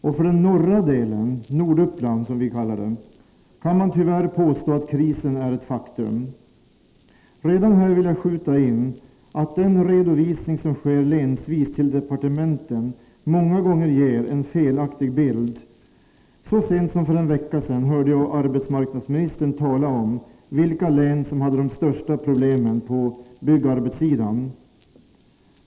Och för den norra delen, ”Norduppland”, kan man tyvärr påstå att krisen är ett faktum. Redan här vill jag skjuta in att den redovisning som sker länsvis till departementen många gånger ger en felaktig bild. Så sent som för en vecka sedan hörde jag arbetsmarknadsministern tala om vilka län som hade de största problemen på byggarbetssidan.